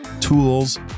tools